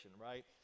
right